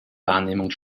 wahrnehmung